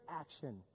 action